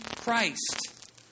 Christ